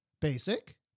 Basic